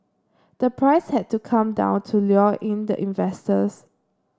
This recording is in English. the price had to come down to lure in the investors